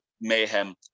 mayhem